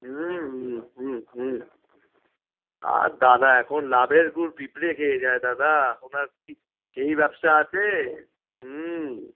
হুম হুম হুম হুম আর দাদা এখন লাভের গুড় পিঁপড়ে খেয়ে যায় দাদা ওনার কি সেই ব্যবসা আছে হুম